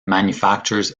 manufactures